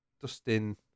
Dustin